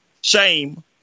shame